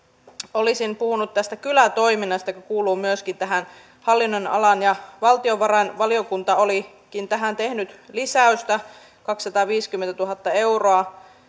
olisin puhunut tästä kylätoiminnasta kun se kuuluu myöskin tähän hallinnonalaan ja valtiovarainvaliokunta olikin tehnyt lisäystä kaksisataaviisikymmentätuhatta euroa